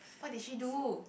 what did she do